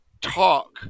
talk